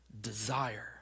desire